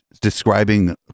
describing